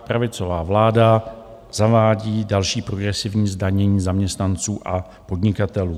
Pravicová vláda zavádí další progresivní zdanění zaměstnanců a podnikatelů.